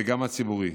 וגם הציבורי,